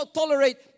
tolerate